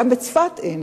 וגם בצפת אין,